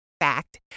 fact